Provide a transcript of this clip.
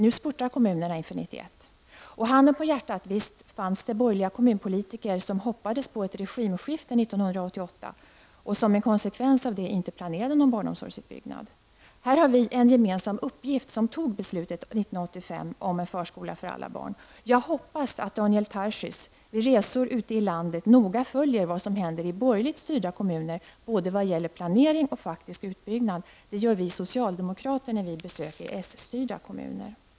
Nu spurtar kommunerna inför 1991. Handen på hjärtat: visst fanns det borgerliga kommunalpolitiker som hoppades på ett regimskifte 1988, och som en konsekvens av det inte planerade någon barnomsorgsutbyggnad. Här har vi som fattade beslut 1985 en gemensam uppgift att skapa en förskola för alla barn. Jag hoppas Daniel Tarschys vid resor ute i landet noga följer vad som händer i borgerligt styrda kommuner både vad gäller planering och faktisk utbyggnad. Det gör vi socialdemokrater när vi besöker s-styrda kommuner.